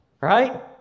Right